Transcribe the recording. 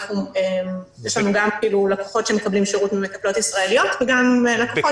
יש לנו לקוחות שמקבלים שירות ממטפלות ישראליות וגם לקוחות